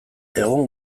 egun